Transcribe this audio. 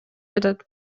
жатат